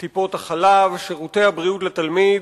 טיפות-החלב, שירותי הבריאות לתלמיד,